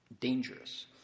dangerous